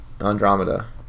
Andromeda